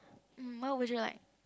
mm what would you like